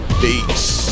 peace